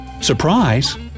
Surprise